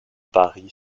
paris